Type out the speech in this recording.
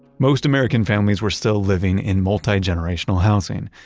most american families were still living in multi-generational housing.